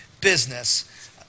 business